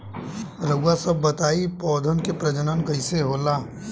रउआ सभ बताई पौधन क प्रजनन कईसे होला?